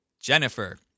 Jennifer